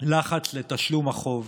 לחץ לתשלום החוב.